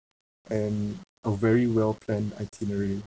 and a very well planned itinerary